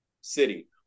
city